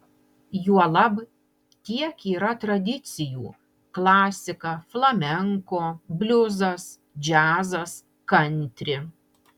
juolab tiek yra tradicijų klasika flamenko bliuzas džiazas kantri